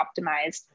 optimized